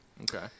okay